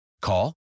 Call